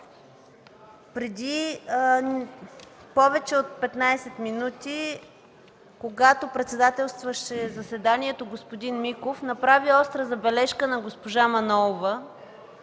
Преди повече от 15 минути, когато председателстваше заседанието господин Миков, той направи остра забележка на госпожа Манолова